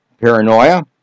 paranoia